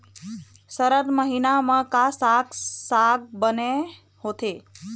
सरद महीना म का साक साग बने होथे?